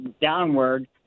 downward